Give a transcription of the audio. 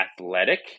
athletic